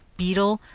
beadle,